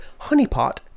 honeypot